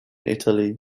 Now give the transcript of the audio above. italy